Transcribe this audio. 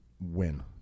win